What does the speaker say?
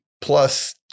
plus